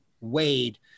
Wade